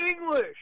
English